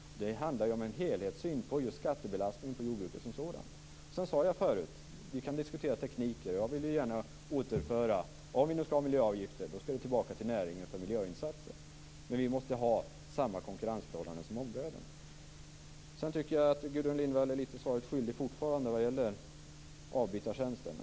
Det handlar här om en helhetssyn på skattebelastningen på jordbruket som sådant. Jag sade förut att vi kan diskutera tekniker, och jag vill gärna återföra debatten till detta. Om vi nu skall ha miljöavgifter skall de gå tillbaka till näringen för miljöinsatser där, men vi måste ha samma konkurrensförhållanden som omvärlden. Jag tycker fortfarande att Gudrun Lindvall är mig svaret skyldig när det gäller avbytartjänsten.